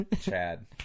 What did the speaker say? Chad